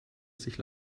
sich